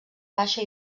baixa